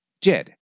Jed